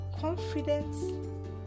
Confidence